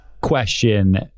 question